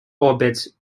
orbits